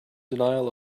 denial